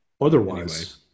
otherwise